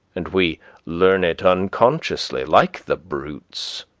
and we learn it unconsciously, like the brutes,